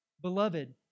Beloved